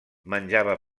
menjava